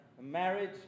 marriage